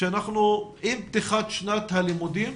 עם פתיחת שנת הלימודים